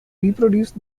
reproduce